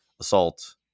assault